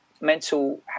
mental